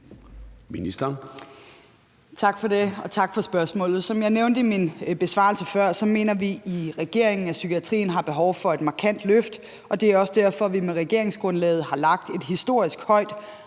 Løhde): Tak for det, og tak for spørgsmålet. Som jeg nævnte i min besvarelse før, mener vi i regeringen, at psykiatrien har behov for et markant løft, og det er også derfor, at vi med regeringsgrundlaget har lagt et historisk højt